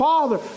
Father